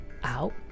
out